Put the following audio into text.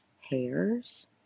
hairs